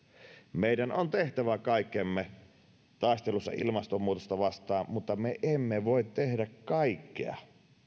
meidän on tehtävä kaikkemme taistelussa ilmastonmuutosta vastaan mutta me emme voi tehdä kaikkea